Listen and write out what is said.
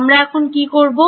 আমরা এখন কী করবো